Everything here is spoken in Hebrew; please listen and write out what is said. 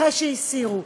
אחרי שהסירו,